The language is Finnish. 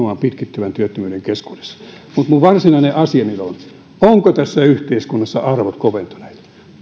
pitkittyvän työttömyyden keskuudessa mutta minun varsinainen asiani on ovatko tässä yhteiskunnassa arvot koventuneet